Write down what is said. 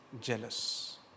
jealous